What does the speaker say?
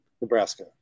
Nebraska